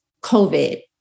COVID